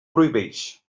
prohibeix